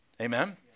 Amen